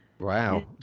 Wow